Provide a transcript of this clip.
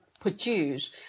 produce